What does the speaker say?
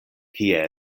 kie